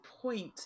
point